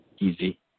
easy